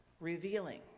revealing